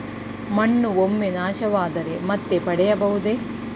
ಮಣ್ಣು ಒಮ್ಮೆ ನಾಶವಾದರೆ ಮತ್ತೆ ಪಡೆಯಬಹುದೇ?